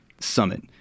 summit